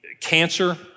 Cancer